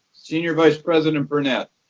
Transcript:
senior vice president burnett.